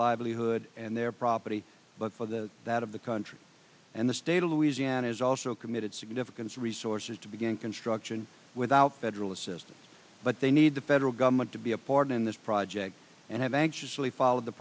livelihood and their property but for the that of the country and the state of louisiana has also committed significance resources to begin construction without bedroll assistance but they need the federal government to be a partner in this project and have anxiously follow the